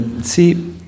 see